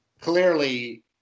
clearly